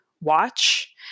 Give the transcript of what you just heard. watch